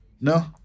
No